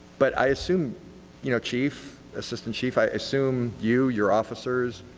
but i assume you know, chief, assistant chief, i assume you, your officers,